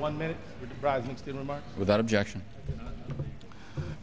limit without objection